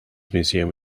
museum